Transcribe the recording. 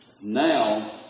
Now